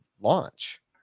launch